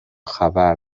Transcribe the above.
خبر